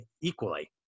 equally